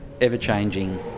ever-changing